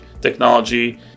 technology